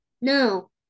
No